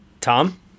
Tom